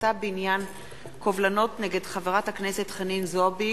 התשע”א 2011, מאת חברת הכנסת רוחמה